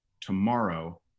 Tomorrow